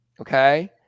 Okay